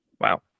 Wow